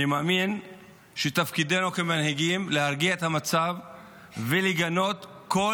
אני מאמין שתפקידנו כמנהיגים הוא להרגיע את המצב ולגנות כל